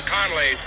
Conley